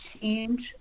change